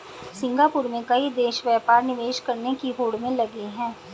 Singapore में कई देश व्यापार निवेश करने की होड़ में लगे हैं